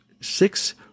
six